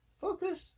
focus